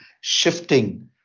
shifting